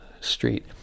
street